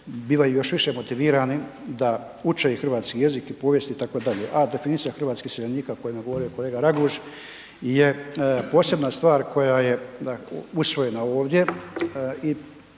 bivaju još više motivirani da uče hrvatski jezik i povijest itd. a definicija hrvatskih iseljenika o kojima je govorio kolega Raguž je posebna stvar koja je usvojena ovdje